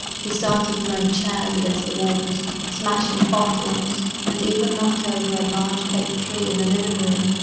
he started throwing chairs against the walls, smashing bottles, and even knocked over a large fake tree in the living room,